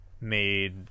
made